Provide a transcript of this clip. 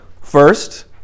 first